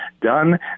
done